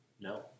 No